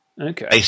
Okay